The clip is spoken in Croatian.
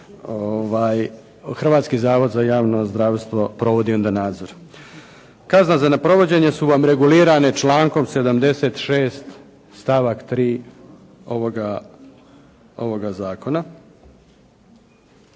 Hrvatski zavod za javno zdravstvo provodi onda nadzor. Kazne za neprovođenje su vam regulirane člankom 76. stavak 3. ovoga zakona.